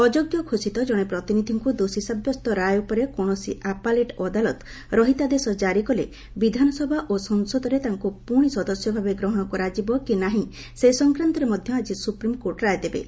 ଅଯୋଗ୍ୟ ଘୋଷିତ ଜଣେ ପ୍ରତିନିଧିଙ୍କ ଦୋଷୀ ସାବ୍ୟସ୍ତ ରାୟ ଉପରେ କୌଣସି ଆପାଲେଟ୍ ଅଦାଲତ ରହିତାଦେଶ କାରି କଲେ ବିଧାନସଭା ଓ ସଂସଦରେ ତାଙ୍କ ପ୍ରଶି ସଦସ୍ୟ ଭାବେ ଗ୍ରହଣ କରାଯିବ କି ନାହିଁ ସେ ସଂକ୍ରାନ୍ତରେ ମଧ୍ୟ ଆଜି ସୁପ୍ରିମ୍କୋର୍ଟ ରାୟ ଦେବେ